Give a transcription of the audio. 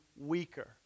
weaker